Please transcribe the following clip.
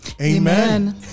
Amen